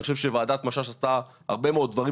אני חושב שוועדת משש עשתה הרבה מאוד דברים